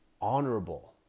honorable